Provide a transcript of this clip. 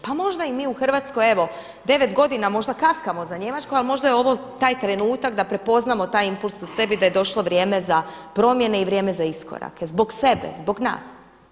Pa možda i mi u Hrvatskoj evo 9 godina možda kaskamo za Njemačkom ali možda je ovo taj trenutak da prepoznamo taj impuls u sebi da je došlo vrijeme za promjene i vrijeme za iskorake, zbog sebe, zbog nas.